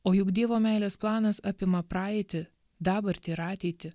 o juk dievo meilės planas apima praeitį dabartį ir ateitį